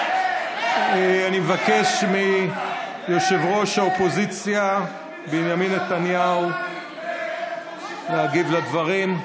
אני מבקש מראש האופוזיציה בנימין נתניהו להגיב לדברים,